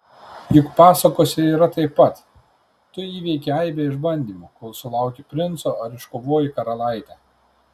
juk pasakose yra taip pat tu įveiki aibę išbandymų kol sulauki princo ar iškovoji karalaitę